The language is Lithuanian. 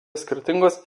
skirtingos